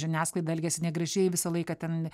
žiniasklaida elgiasi negražiai visą laiką ten